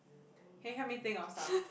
can you help me think of some